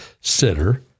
sitter